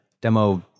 demo